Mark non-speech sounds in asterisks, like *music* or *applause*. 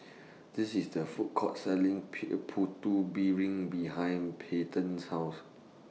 This IS The Food Court Selling *noise* Putu Piring behind Payton's House